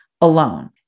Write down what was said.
alone